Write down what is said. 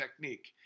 technique